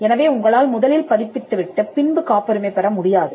எனவே உங்களால் முதலில் பதிப்பித்து விட்டுப் பின்பு காப்புரிமை பெற முடியாது